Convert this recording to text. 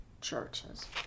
churches